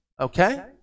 Okay